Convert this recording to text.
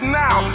now